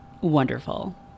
wonderful